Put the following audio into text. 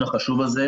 משהו שמאוד חשוב לך,